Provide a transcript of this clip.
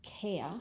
care